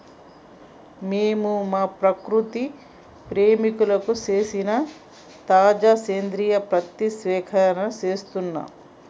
మేము మా ప్రకృతి ప్రేమికులకు సేసిన తాజా సేంద్రియ పత్తి సేకరణం సేస్తున్నం